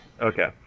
Okay